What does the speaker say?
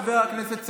חבר הכנסת סעדה.